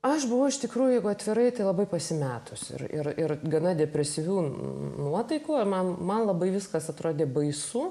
aš buvau iš tikrųjų jeigu atvirai tai labai pasimetusi ir ir ir gana depresyvių nuotaikų man man labai viskas atrodė baisu